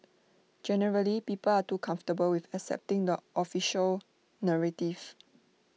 generally people are too comfortable with accepting the official narrative